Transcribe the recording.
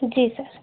जी sir